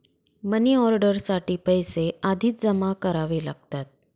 money order साठी पैसे आधीच जमा करावे लागतात